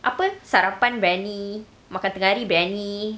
sarapan briyani makan tengah hari briyani